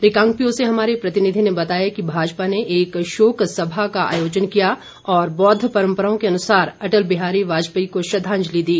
रिकांगपिओ से हमारे प्रतिनिधि ने बताया कि भाजपा ने एक शोक सभा का आयोजन किया और बौद्ध परम्पराओं के अनुसार अटल बिहारी वाजपेयी को श्रद्वांजलि दी